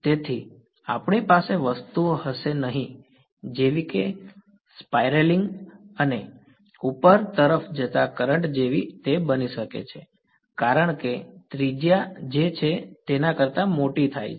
તેથી આપણી પાસે વસ્તુઓ હશે નહીં જેવી કે સ્પાઇરેલિંગ અને ઉપર તરફ જતા કરંટ જેવી તે બની શકે છે કારણ કે ત્રિજ્યા જે છે તેના કરતા મોટી થાય છે